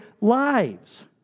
lives